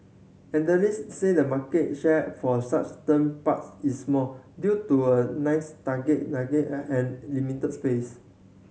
analyst say the market share for such them parks is small due to a nice target limited space